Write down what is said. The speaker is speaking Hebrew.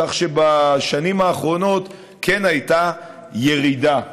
כך שבשנים האחרונות כן הייתה ירידה.